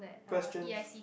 questions